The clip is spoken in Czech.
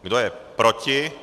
Kdo je proti?